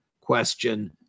question